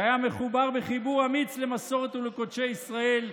שהיה מחובר בחיבור אמיץ למסורת ולקודשי ישראל,